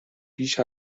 بیش